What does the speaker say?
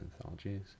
anthologies